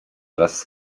wraz